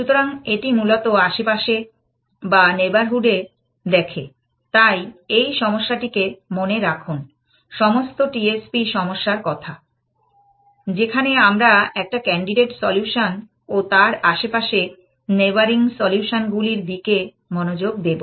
সুতরাং এটি মূলত আশেপাশে বা নেইবারহুড এ দেখে তাই এই সমস্যাটিকে মনে রাখুন সমস্ত TSP সমস্যার কথা যেখানে আমরা একটা ক্যান্ডিডেট সলিউশন ও তার আসেপাশে নেইবরিং সলিউশন গুলির দিকে মনোযোগ দেব